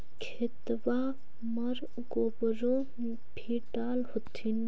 खेतबा मर गोबरो भी डाल होथिन न?